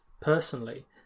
personally